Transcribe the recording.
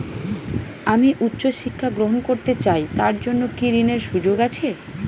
আমি উচ্চ শিক্ষা গ্রহণ করতে চাই তার জন্য কি ঋনের সুযোগ আছে?